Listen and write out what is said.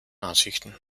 ansichten